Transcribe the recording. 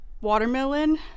watermelon